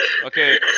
Okay